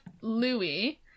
Louis